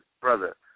Brother